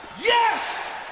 Yes